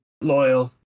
Loyal